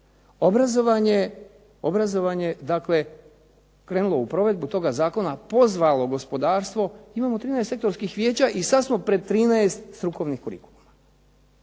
Obrazovanje je krenulo u provedbu toga zakona pozvalo gospodarstvo, imamo 13 sektorskih vijeća i sada smo pred 13 strukovnih kurikuluma.